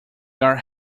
are